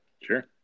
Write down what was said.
Sure